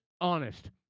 honest